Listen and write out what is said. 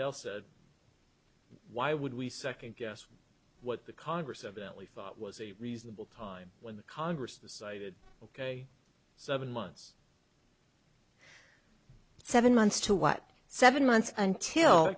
else why would we second guess what the congress evidently thought was a reasonable time when the congress decided ok so in months seven months to what seven months until